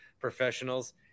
professionals